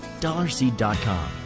DollarSeed.com